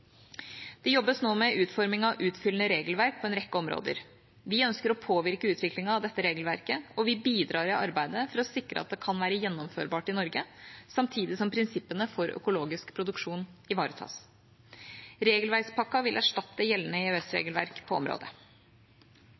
Det jobbes nå med utforming av utfyllende regelverk på en rekke områder. Vi ønsker å påvirke utviklingen av dette regelverket, og vi bidrar i arbeidet for å sikre at det kan være gjennomførbart i Norge, samtidig som prinsippene for økologisk produksjon ivaretas. Regelverkspakken vil erstatte gjeldende EØS-regelverk på området.